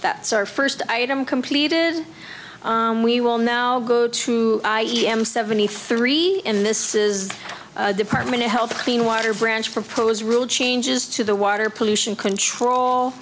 that's our first item completed we will now go to i am seventy three in this is the department of health clean water branch proposed rule changes to the water pollution control